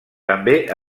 també